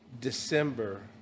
December